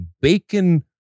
bacon